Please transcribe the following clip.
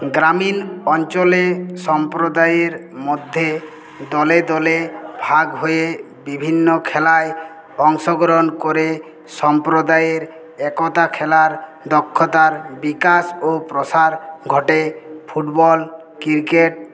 গ্রামীণ অঞ্চলে সম্প্রদায়ের মধ্যে দলে দলে ভাগ হয়ে বিভিন্ন খেলায় অংশগ্রহণ করে সম্প্রদায়ের একতা খেলার দক্ষতার বিকাশ ও প্রসার ঘটে ফুটবল ক্রিকেট